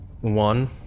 one